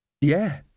Yeah